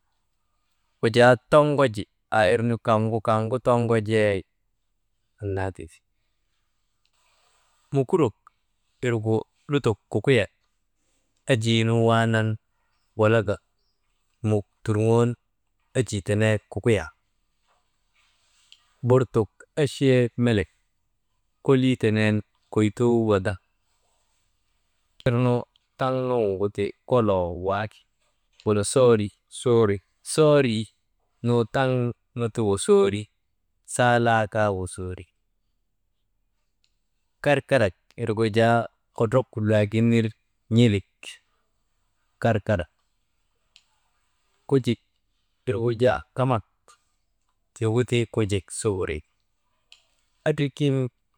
Wujaa toŋgoji aa irnu kaŋgu, kaŋgu toŋgojee annaa tindi, mukurok irgu lutok kukuyak enjii nun waanan walaka muk tuŋoon enjii tenen kukuyaa, burtuk echee melek kolii tenen koytuu wandaŋ irnu taŋ nuŋuti koloo waaki wala soorii, soorii nu taŋ nuŋgu ti wusoori, saalaa kaa wusoori, karkarak wirgu jaa kodrok kullaagin ner n̰ilik karkarak. Kunjik irgu jaa kamak tiigu ti kunjik su wuri, endrikim.